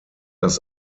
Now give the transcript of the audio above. das